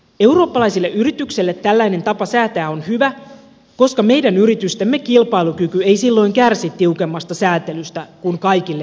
eurooppalaisille yrityksille tällainen tapa säätää on hyvä koska meidän yritystemme kilpailukyky ei silloin kärsi tiukemmasta säätelystä kun kaikille on samat säännöt